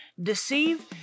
deceive